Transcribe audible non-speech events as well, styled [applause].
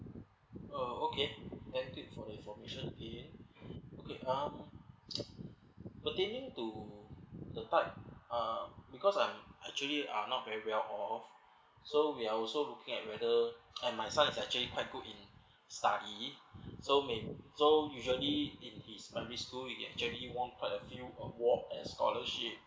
uh okay thank you for your information in okay um [noise] continue to the type uh because I'm actually uh not very well all so we are also looking at whether and my son is actually quite good in study so may so usually in his primary school he actually won quite a few award and scholarship